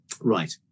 Right